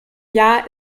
jahr